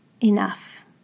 enough